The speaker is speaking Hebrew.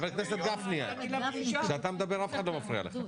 חבר הכנסת גפני, כשאתה מדבר אף אחד לא מפריע לך.